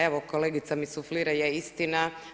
Evo kolegica mi suflira, je istina.